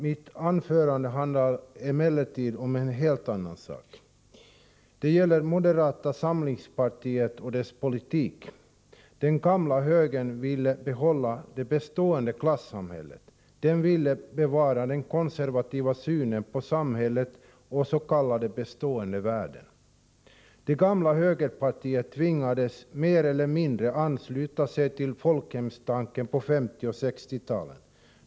Mitt anförande skall emellertid handla om en helt annan sak. Det gäller moderata samlingspartiet och dess politik. Den gamla högern ville behålla det bestående klassamhället, den ville bevara den konservativa synen på samhället och s.k. bestående värden. Det gamla högerpartiet tvingades mer eller mindre ansluta sig till folkhemstanken på 1950 och 1960-talen.